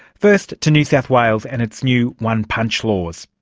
first to new south wales and its new one-punch laws.